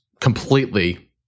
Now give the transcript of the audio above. completely